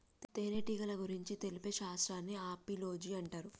తేనెటీగల గురించి తెలిపే శాస్త్రాన్ని ఆపిలోజి అంటారు